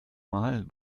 mal